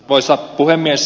arvoisa puhemies